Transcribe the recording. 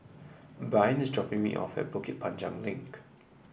Brian is dropping me off at Bukit Panjang Link